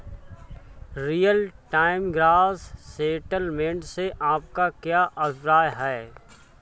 Real time gross settlement से आपका क्या अभिप्राय है?